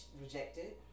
rejected